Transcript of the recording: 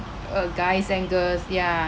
uh guys and girls ya